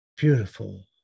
beautiful